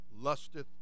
lusteth